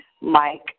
Mike